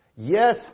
Yes